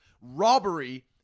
robbery